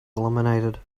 eliminated